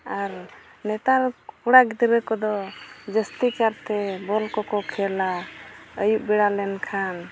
ᱟᱨ ᱱᱮᱛᱟᱨ ᱠᱚᱲᱟ ᱜᱤᱫᱽᱨᱟᱹ ᱠᱚᱫᱚ ᱡᱟᱹᱥᱛᱤ ᱠᱟᱨᱛᱮ ᱵᱚᱞ ᱠᱚᱠᱚ ᱠᱷᱮᱹᱞᱟ ᱟᱹᱭᱩᱵ ᱵᱮᱲᱟ ᱞᱮᱱᱠᱷᱟᱱ